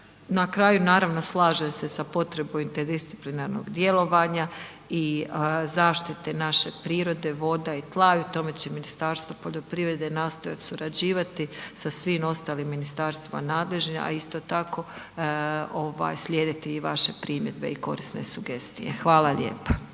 Na kraju naravno, slažem se sa potrebom interdisciplinarnog djelovanja i zaštite naše prirode, voda i tla i u tome će Ministarstvo poljoprivrede nastojati surađivati sa svim ostalim ministarstvima nadležnim a isto tako slijediti i vaše primjedbe i korisne sugestije, hvala lijepa.